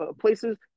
places